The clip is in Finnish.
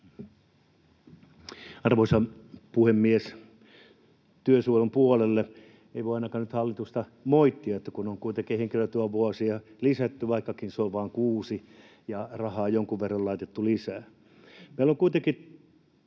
Arvoisa puhemies! Työsuojelun puolelle: Ei voi ainakaan nyt hallitusta moittia, kun on kuitenkin henkilötyövuosia lisätty — vaikkakin se on vain kuusi — ja rahaa jonkun verran laitettu lisää. Meillä on kuitenkin